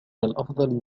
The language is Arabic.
الأفضل